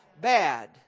bad